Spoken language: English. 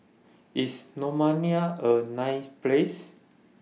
IS Romania A nice Place